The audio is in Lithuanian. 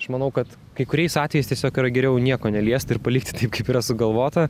aš manau kad kai kuriais atvejais tiesiog yra geriau nieko neliesti ir palikti taip kaip yra sugalvota